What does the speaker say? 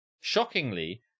Shockingly